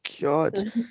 god